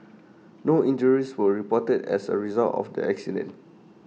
no injuries were reported as A result of the accident